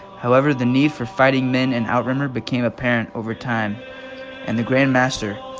however the need for fighting men in outremer became apparent over time and the grandmaster,